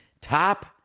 Top